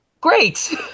Great